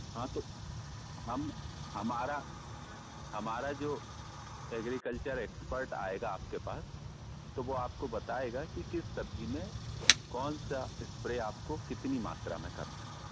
हाँ तो हम हमारा हमारा जो एग्रीकल्चर एक्सपर्ट आएगा आपके पास तो वो आपको बताएगा कि किस सब्जी में कौन सा स्प्रे आपको कितनी मात्रा में करना है